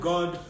God